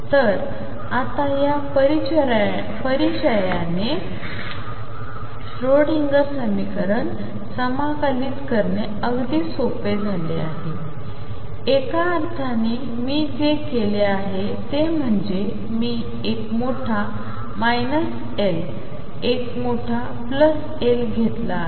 तर आता या परिचयाने श्रोडिंगर समीकरण समाकलित करणे अगदी सोपे झाले आहे एका अर्थाने मी जे केले आहे ते म्हणजे मी एक मोठा L एक मोठा L घेतला आहे